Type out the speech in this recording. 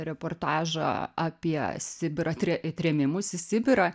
reportažą apie sibirą tre trėmimus į sibirą